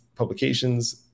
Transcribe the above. Publications